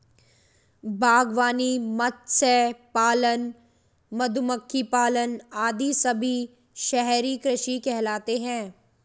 बागवानी, मत्स्य पालन, मधुमक्खी पालन आदि सभी शहरी कृषि कहलाते हैं